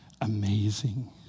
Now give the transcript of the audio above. amazing